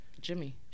Jimmy